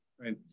Right